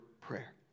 prayer